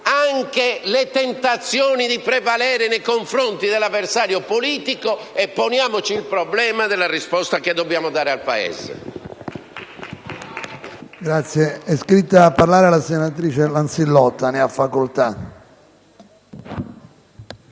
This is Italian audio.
e le tentazioni di prevalere nei confronti dell'avversario politico e poniamoci il problema della risposta che dobbiamo dare al Paese.